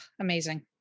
amazing